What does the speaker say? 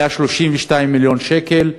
הוא היה 32 מיליון שקלים.